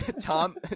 Tom